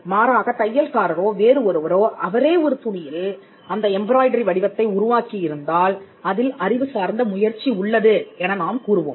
மாறாக தையல்காரரோ வேறு ஒருவரோ அவரே ஒரு துணியில் அந்த எம்ப்ராய்டரி வடிவத்தை உருவாக்கி இருந்தால் அதில் அறிவு சார்ந்த முயற்சி உள்ளது என நாம் கூறுவோம்